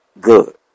good